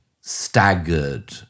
staggered